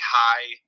high